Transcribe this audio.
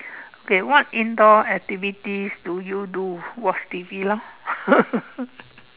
okay what indoor activities do you do watch T_V lor